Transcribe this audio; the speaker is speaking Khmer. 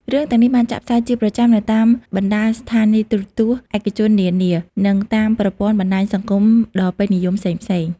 រឿងទាំងនេះបានចាក់ផ្សាយជាប្រចាំនៅតាមបណ្តាស្ថានីយទូរទស្សន៍ឯកជននានា និងតាមប្រព័ន្ធបណ្តាញសង្គមដ៏ពេញនិយមផ្សេងៗ។